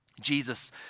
Jesus